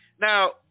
now